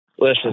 listen